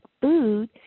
food